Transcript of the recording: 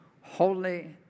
holy